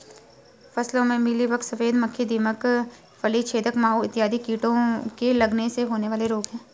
फसलों में मिलीबग, सफेद मक्खी, दीमक, फली छेदक माहू इत्यादि कीटों के लगने से होने वाले रोग हैं